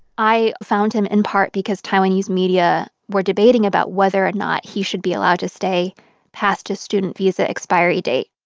i found him in part because taiwanese media were debating about whether or not he should be allowed to stay past his student visa expiry date.